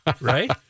Right